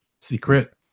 Secret